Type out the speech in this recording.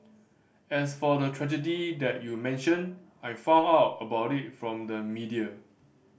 as for the tragedy that you mentioned I found out about it from the media